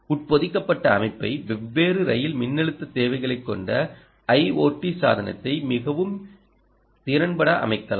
உட்பொதிக்கப்பட்ட அமைப்பை வெவ்வேறு ரயில் மின்னழுத்த தேவைகளைக் கொண்ட ஐஓடி சாதனத்தை மிகவும் திறம்பட அமைக்கலாம்